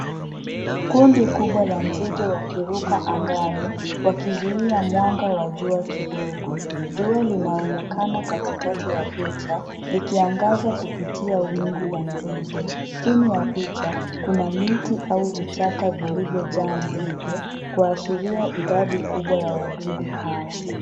Kundi kubwa la nzige wakiruka angani wakizuia mwanga wa jua kidogo. Jua linaonekana katikati ya picha likiangaza kupitia wingu na nzige. Chini ya picha kuna miti au vichaka vilivyonjaa nzige kuashiria idadi kubwa ya wadudu hawa.